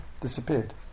disappeared